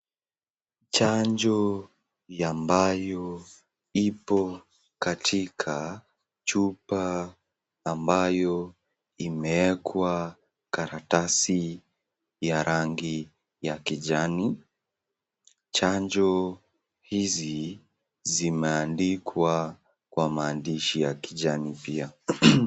Chanjo ambayo ipo katika chupa ambayo imeekwa karatasi ya rangi ya kijani. Chanjo hizi zimeandikwa kwa maandishi ya kijani pia.